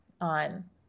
on